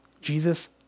Jesus